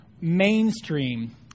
mainstream